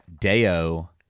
deo